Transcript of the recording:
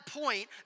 point